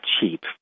cheap